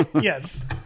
yes